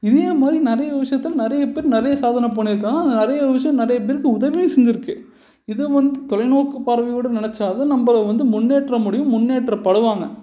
இதே மாதிரி நிறைய விஷயத்தில் நிறையா பேர் நிறையா சாதனை பண்ணிருக்காங்க அங்கே நிறையா விஷயம் நிறைய பேருக்கு உதவியும் செஞ்சுருக்கு இதை வந்து தொலைநோக்கு பார்வையோடு நினச்சா தான் நம்மள வந்து முன்னேற்ற முடியும் முன்னேற்ற படுவாங்க